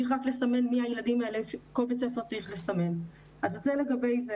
פשוט כל בית ספר צריך לסמן מי הילדים האלה.